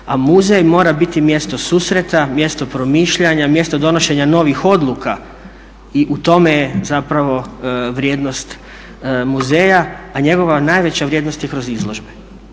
A muzej mora biti mjesto susreta, mjesto promišljanja, mjesto donošenja novih odluka i u tome je zapravo vrijednost muzeja. A njegova najveća vrijednost je kroz izložbe.